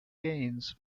gains